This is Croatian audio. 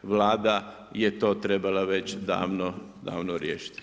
Vlada je to trebala već davno riješiti.